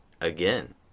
Again